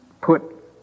put